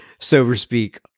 SoberSpeak